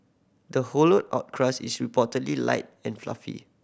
the hollowed out crust is reportedly light and fluffy